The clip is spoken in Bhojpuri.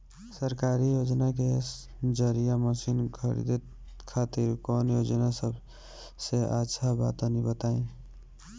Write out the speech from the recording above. सरकारी योजना के जरिए मशीन खरीदे खातिर कौन योजना सबसे अच्छा बा तनि बताई?